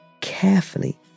carefully